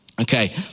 Okay